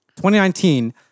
2019